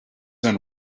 and